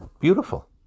Beautiful